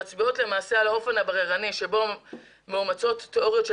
שמצביע למעשה על האופן הבררני בו מאומצות תיאוריות של